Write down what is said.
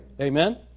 Amen